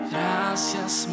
Gracias